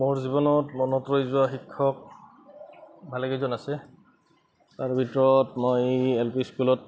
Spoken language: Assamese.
মোৰ জীৱনত মনত ৰৈ যোৱা শিক্ষক ভালেকেইজন আছে তাৰ ভিতৰত মই এল পি স্কুলত